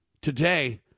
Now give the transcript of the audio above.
today